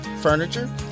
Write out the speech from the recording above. furniture